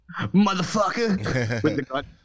Motherfucker